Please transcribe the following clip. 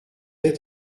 êtes